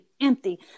empty